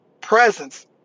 presence